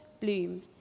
bloom